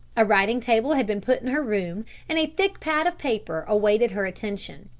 a writing table had been put in her room and a thick pad of paper awaited her attention.